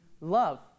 love